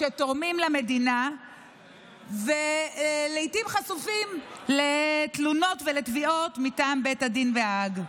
שתורמים למדינה ולעיתים חשופים לתלונות ולתביעות מטעם בית הדין בהאג.